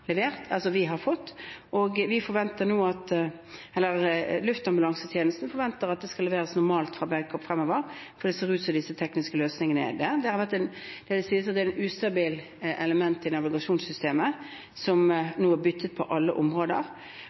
vi har. Luftambulansetjenesten forventer at det skal leveres normalt fra Babcock fremover, for det ser ut til at de tekniske løsningene er der. Det sies at det er et ustabilt element i navigasjonssystemet, som nå er byttet på alle områder.